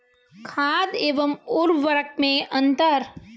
खाद एवं उर्वरक में अंतर?